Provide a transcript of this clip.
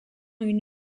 une